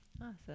Awesome